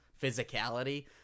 physicality